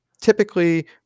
typically